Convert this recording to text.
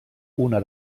una